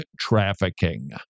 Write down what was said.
trafficking